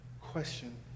question